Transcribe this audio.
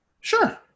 Sure